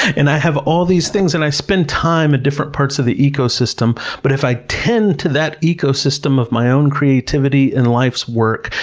and i have all these things, and i spend time in different parts of the ecosystem, but if i tend to that ecosystem of my own creativity and life's work,